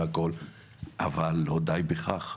אבל לא די בכך.